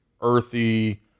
earthy